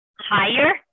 higher